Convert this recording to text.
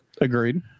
Agreed